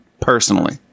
personally